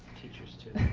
teacher's too.